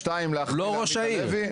שתיים להחמיא לעמית הלוי.